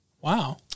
Wow